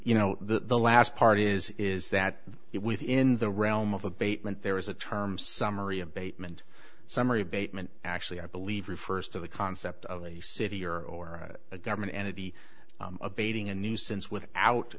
you know the last part is is that it within the realm of abatement there is a term summary abatement summary abatement actually i believe refers to the concept of a city or or a government entity abating a nuisance without